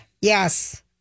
Yes